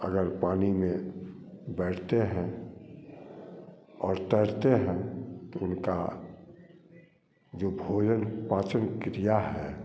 अगर पानी में बैठते हैं और तैरते हैं तो उनका जो भोजन पाचन क्रिया है